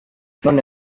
none